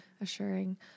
Assuring